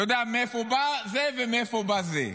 אתה יודע מאיפה בא זה ומאיפה בא זה.